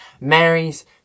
Mary's